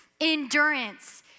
endurance